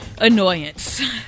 annoyance